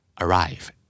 arrive